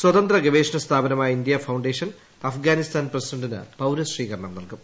സ്വതന്ത്ര ഗവേഷണ സ്ഥാപനമായ ഇന്ത്യാ ഫൌണ്ടേഷൻ അഫ്ഗാനിസ്ഥാൻ പ്രസിഡന്റിന് പൌരസ്വീകരണം നൽകും